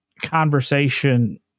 conversation